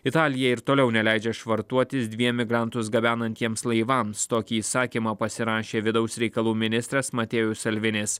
italija ir toliau neleidžia švartuotis dviem migrantus gabenantiems laivams tokį įsakymą pasirašė vidaus reikalų ministras matėjus elvinis